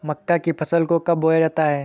मक्का की फसल को कब बोया जाता है?